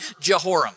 Jehoram